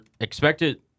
expected